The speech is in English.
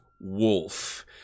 wolf